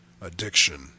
addiction